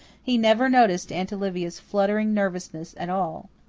he never noticed aunt olivia's fluttering nervousness at all.